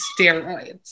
steroids